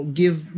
give